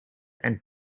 and